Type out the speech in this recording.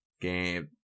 game